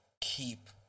keep